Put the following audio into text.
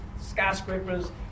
skyscrapers